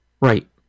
right